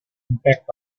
impact